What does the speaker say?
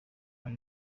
ari